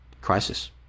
crisis